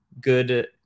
good